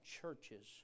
churches